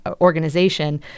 organization